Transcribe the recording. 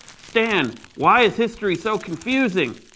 stan! why is history so confusing?